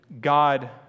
God